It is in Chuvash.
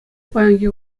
паянхи